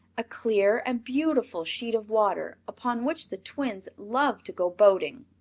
a clear and beautiful sheet of water upon which the twins loved to go boating.